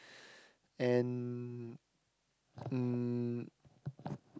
and um